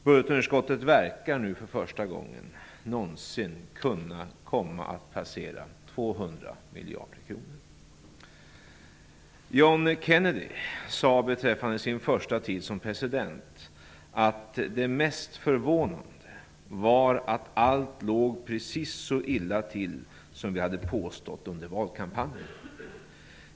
Budgetunderskottet verkar nu för första gången någonsin kunna komma att passera 200 miljarder kronor. John Kennedy sade beträffande sin första tid som president att det mest förvånande var att "allt låg precis så illa till som vi hade påstått under valkampanjen".